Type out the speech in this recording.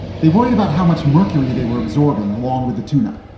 they worried about how much mercury they were absorbing along with the tuna,